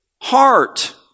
heart